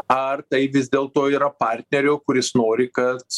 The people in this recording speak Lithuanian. ar tai vis dėlto yra partnerio kuris nori kad